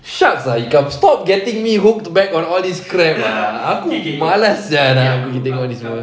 shucks ah ikram stop getting me hooked back on all this crap lah malas [sial] nak pergi tengok ni semua